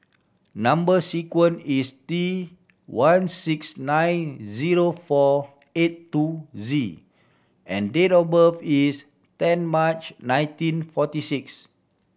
number sequence is T one six nine zero four eight two Z and date of birth is ten March nineteen forty six